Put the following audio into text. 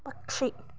పక్షి